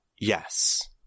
yes